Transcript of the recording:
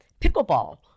pickleball